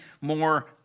more